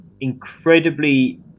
incredibly